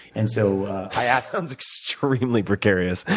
and so that sounds extraordinarily precarious.